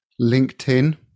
LinkedIn